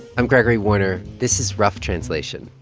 i'm gregory warner. this is rough translation,